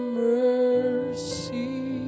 mercy